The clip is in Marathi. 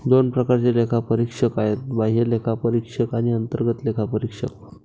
दोन प्रकारचे लेखापरीक्षक आहेत, बाह्य लेखापरीक्षक आणि अंतर्गत लेखापरीक्षक